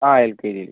ആ L K ജിയിൽ